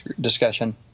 discussion